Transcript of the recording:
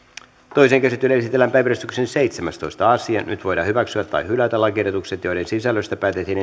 toiseen käsittelyyn esitellään päiväjärjestyksen seitsemästoista asia nyt voidaan hyväksyä tai hylätä lakiehdotukset joiden sisällöstä päätettiin